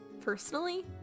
personally